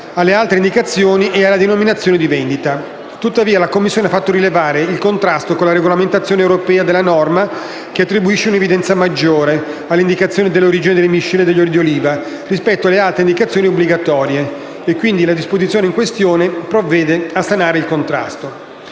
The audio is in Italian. alle altre indicazioni e alla denominazione di vendita». Tuttavia la Commissione ha fatto rilevare il contrasto, con la regolamentazione europea, della norma che attribuisce un'evidenza maggiore all'indicazione dell'origine delle miscele degli oli di oliva, rispetto alle altre indicazioni obbligatorie. Pertanto, con la disposizione in questione, si provvede a sanare il contrasto.